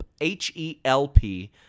H-E-L-P